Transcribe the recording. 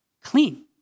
clean